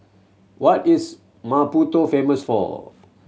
what is Maputo famous for